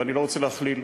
אני לא רוצה להכליל,